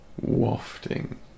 wafting